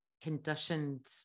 conditioned